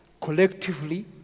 collectively